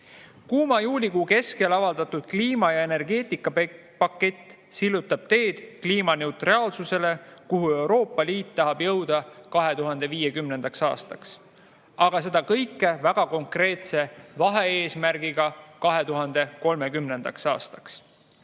Kuuma juulikuu keskel avaldatud kliima‑ ja energeetikapakett sillutab teed kliimaneutraalsusele, kuhu Euroopa Liit tahab jõuda 2050. aastaks. Aga seda kõike väga konkreetse vahe-eesmärgiga 2030. aastaks.